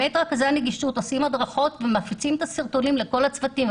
רכזי הנגישות עושים הדרכות ומפיצים את הסרטונים לכל הצוותים.